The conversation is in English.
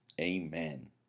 Amen